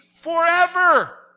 forever